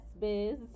biz